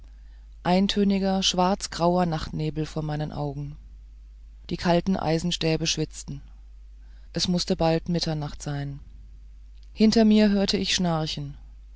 eintöniger schwarzgrauer nachtnebel vor meinen augen die kalten eisenstäbe schwitzten es mußte bald mitternacht sein hinter mir hörte ich schnarchen